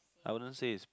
I wouldn't say is